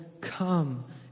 come